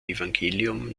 evangelium